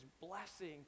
blessing